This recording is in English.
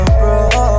bro